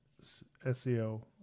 SEO